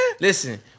Listen